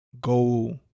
go